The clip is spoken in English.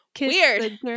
weird